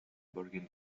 bergen